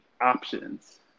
options